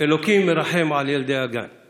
"אלוהים מרחם על ילדי הגן /